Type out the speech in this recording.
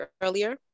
earlier